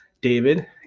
david